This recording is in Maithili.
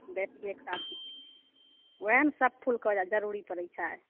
बेटिएके शादी ओएह सब फुल के ओहिजा जरुरी पड़ै छै